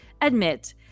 admit